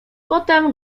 potem